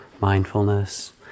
mindfulness